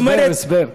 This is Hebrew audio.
הסבר, הסבר.